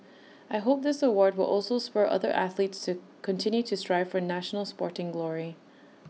I hope this award will also spur other athletes to continue to strive for national sporting glory